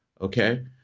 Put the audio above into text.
Okay